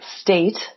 state